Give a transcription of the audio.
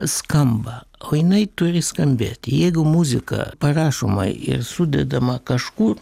skamba o jinai turi skambėti jeigu muzika parašoma ir sudedama kažkur